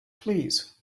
please